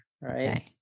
Right